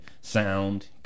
sound